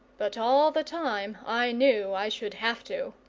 but all the time i knew i should have to.